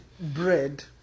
bread